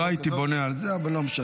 לא הייתי בונה על זה, אבל לא משנה.